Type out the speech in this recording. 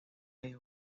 medios